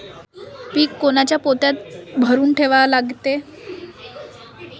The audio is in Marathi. पीक कोनच्या पोत्यात भरून ठेवा लागते?